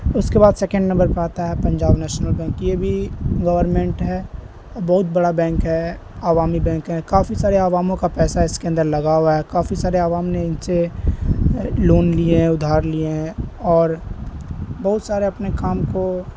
اس کے بعد second number پر آتا ہے پنجاب نیشنل بینک یہ بھی گورنمنٹ ہے اور بہت بڑا بینک ہے عوامی بینک ہے کافی سارے عواموں کا پیسہ اس کے اندر لگا ہوا ہے کافی سارے عوام نے ان سے لون لیے ہیں ادھار لیے ہیں اور بہت سارے اپنے کام کو